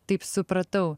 taip supratau